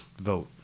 vote